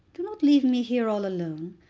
do not leave me here all alone,